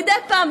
מדי פעם,